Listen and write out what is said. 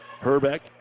Herbeck